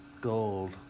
gold